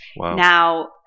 Now